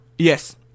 Yes